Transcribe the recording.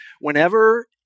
whenever